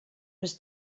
was